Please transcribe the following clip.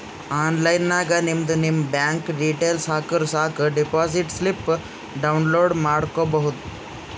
online ನಾಗ್ ನಿಮ್ದು ನಿಮ್ ಬ್ಯಾಂಕ್ ಡೀಟೇಲ್ಸ್ ಹಾಕುರ್ ಸಾಕ್ ಡೆಪೋಸಿಟ್ ಸ್ಲಿಪ್ ಡೌನ್ಲೋಡ್ ಮಾಡ್ಕೋಬೋದು